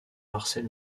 marcel